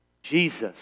Jesus